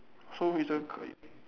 so is a 可以